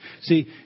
See